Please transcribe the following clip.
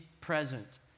present